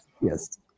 Yes